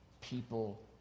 people